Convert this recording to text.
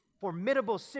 formidable